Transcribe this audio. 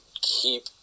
keep